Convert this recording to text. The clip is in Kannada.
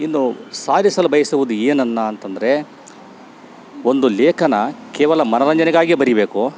ಇನ್ನು ಸಾಧಿಸಲು ಬಯಸುವುದು ಏನನ್ನು ಅಂತಂದ್ರೆ ಒಂದು ಲೇಖನ ಕೇವಲ ಮನೋರಂಜನೆಗಾಗಿ ಬರಿಬೇಕೋ